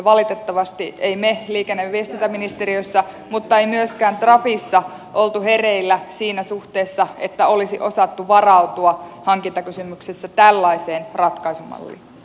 valitettavasti me emme olleet liikenne ja viestintäministeriössä mutta ei myöskään trafissa oltu hereillä siinä suhteessa että olisi osattu varautua hankintakysymyksessä tällaiseen ratkaisumallia